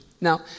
Now